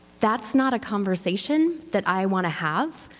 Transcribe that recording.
that's not a conversation that i want to have.